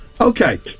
Okay